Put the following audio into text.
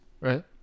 right